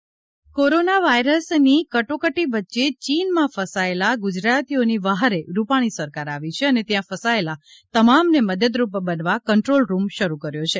corona virus control room corona virus ની કટોકટી વચ્ચે ચીન માં ફસાયેલા ગુજરાતીઓની વહારે રૂપાણી સરકાર આવી છે અને ત્યાં ફસાયેલા તમામ ને મદદરૂપ બનવા કંદ્રોલ રૂમ શરૂ કર્યો છે